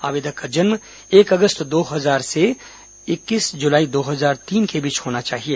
आवेदक का जन्म एक अगस्त दो हजार से इकतीस जुलाई दो हजार तीन के बीच का होना चाहिए